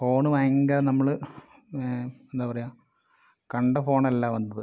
phone ഭയങ്കര നമ്മള് എന്താ പറയുക കണ്ട ഫോണല്ല വന്നത്